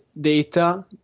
data